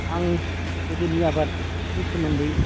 आं गोदोनि आबादनि सोमोन्दै